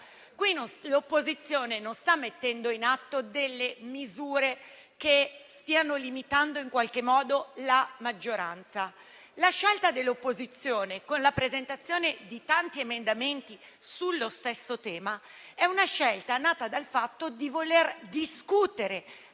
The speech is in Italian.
Qui l'opposizione non sta mettendo in atto delle misure che stiano limitando in qualche modo la maggioranza. La scelta dell'opposizione, con la presentazione di tanti emendamenti sullo stesso tema, è nata dal fatto di voler discutere